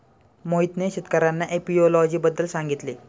मोहितने शेतकर्यांना एपियोलॉजी बद्दल सांगितले